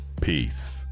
Peace